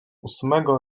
ósmego